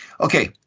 Okay